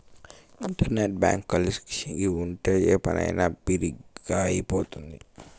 internet bank కలిగి ఉంటే ఏ పనైనా బిరిగ్గా అయిపోతుంది